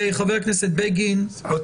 עם